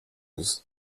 use